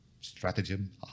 stratagem